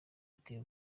iteye